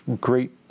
great